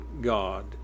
God